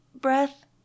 breath